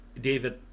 david